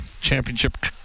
championship